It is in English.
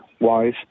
wise